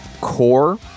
core